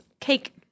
Cake